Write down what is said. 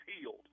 healed